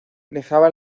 dejaba